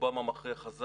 רובם המכריע חזר,